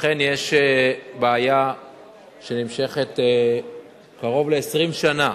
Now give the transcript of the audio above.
אכן יש בעיה שנמשכת קרוב ל-20 שנה,